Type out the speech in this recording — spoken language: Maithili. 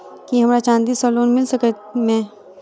की हमरा चांदी सअ लोन मिल सकैत मे?